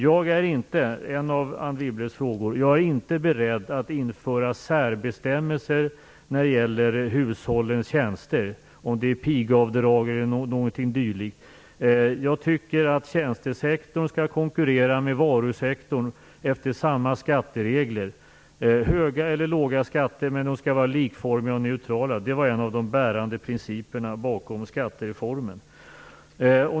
Jag är inte beredd - detta som svar på en av Anne Wibbles frågor - att införa särbestämmelser när det gäller hushållens tjänster, om det är pigavdrag eller någonting dylikt. Jag tycker att tjänstesektorn skall konkurrera med varusektorn efter samma skatteregler - höga eller låga skatter, men de skall var likformiga och neutrala. Det var en av de bärande principerna bakom skattereformen.